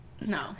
No